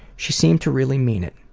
she seemed to really mean it.